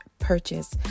purchase